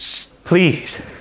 Please